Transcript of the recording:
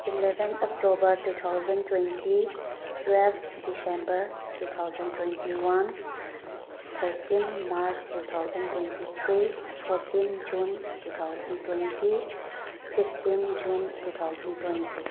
eleven October two thousand twenty twelve December two thousand twenty one thirteen March two thousand twenty three fourteen June two thousand twenty fifteen June two thousand twenty